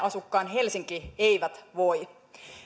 asukkaan helsinki eivät voi